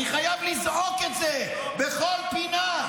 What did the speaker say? אני חייב לזעוק את זה בכל פינה,